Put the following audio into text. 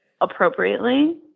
appropriately